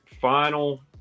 final